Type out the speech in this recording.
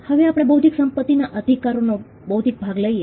હવે આપણે બૌદ્ધિક સંપત્તિના અધિકારોનો બૌદ્ધિક ભાગ લઈએ